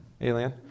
Alien